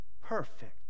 perfect